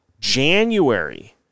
January